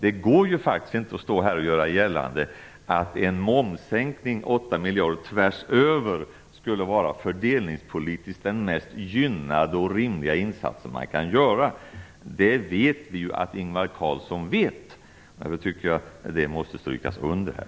Man kan faktiskt inte stå här och göra gällande att en momssänkning på 8 miljarder tvärs över fördelningspolitiskt skulle vara den mest gynnade och rimliga insats som kan göras. Vi vet att Ingvar Carlsson vet det. Därför tycker jag att detta måste strykas under här.